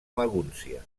magúncia